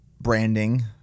branding